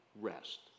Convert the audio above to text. rest